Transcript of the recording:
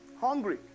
Hungry